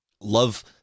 Love